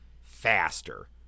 faster